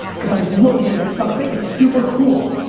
because i was looking at something, it's super cool.